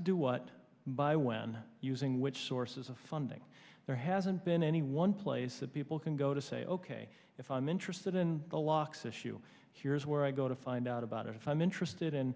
to do what by when using which sources of funding there hasn't been any one place that people can go to say ok if i'm interested in the locks issue here's where i go to find out about it if i'm interested in